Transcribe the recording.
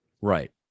Right